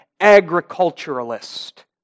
agriculturalist